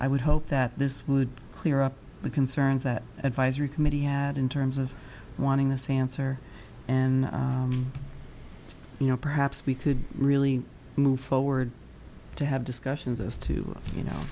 i would hope that this would clear up the concerns that advisory committee had in terms of wanting this answer and you know perhaps we could really move forward to have discussions as to you know